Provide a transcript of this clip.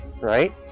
right